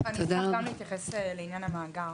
אני אשמח גם להתייחס לעניין המעבר.